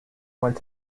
went